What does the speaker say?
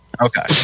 Okay